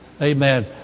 Amen